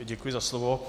Děkuji za slovo.